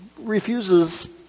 refuses